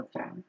okay